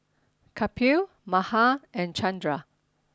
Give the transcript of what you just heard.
Kapil Mahan and Chandra